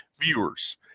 viewers